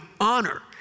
honor